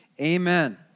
amen